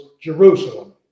Jerusalem